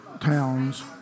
towns